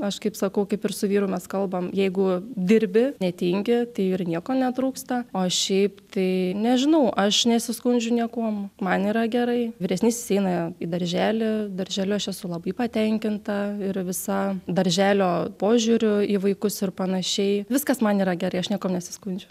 aš kaip sakau kaip ir su vyru mes kalbam jeigu dirbi netingi tai ir nieko netrūksta o šiaip tai nežinau aš nesiskundžiu niekuom man yra gerai vyresnysis eina į darželį darželiu aš esu labai patenkinta ir visa darželio požiūriu į vaikus ir panašiai viskas man yra gerai aš niekuom nesiskundžiu